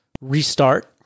restart